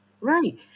Right